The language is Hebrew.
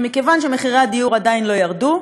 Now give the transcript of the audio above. ומכיוון שמחירי הדיור עדיין לא ירדו,